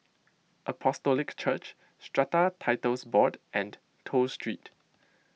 Apostolic Church Strata Titles Board and Toh Street